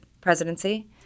presidency